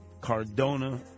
Cardona